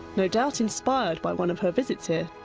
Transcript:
no doubt inspired by one of her visits here,